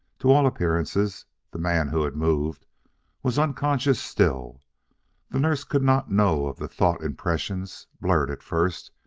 to all appearances the man who had moved was unconscious still the nurse could not know of the thought impressions, blurred at first,